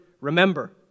remember